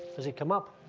does it come up?